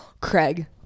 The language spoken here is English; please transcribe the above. Craig